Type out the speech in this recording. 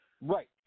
Right